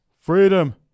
freedom